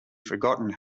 forgotten